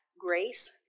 Grace